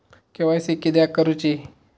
KYC किदयाक करूची?